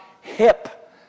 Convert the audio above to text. hip